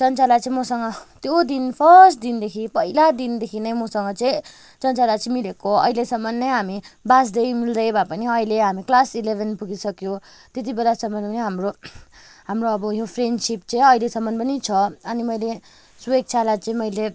चञ्चला चाहिँ मसँग त्यो दिन फर्स्ट दिनदेखि पहिला दिनदेखि नै मसँग चाहिँ चञ्चला चाहिँ मिलेको अहिलेसम्म नै हामी बाझ्दै मिल्दै भए पनि अहिले हामी क्लास इलेभेन पुगिसक्यौँ त्यति बेलासम्म पनि हाम्रो हाम्रो अब यो फ्रेन्डसिप चाहिँ अहिलेसम्म पनि छ अनि मैले सुवेक्षालाई चाहिँ मैले